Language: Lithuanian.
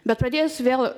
bet pradėjus vėl